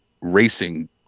racing